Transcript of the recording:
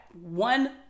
one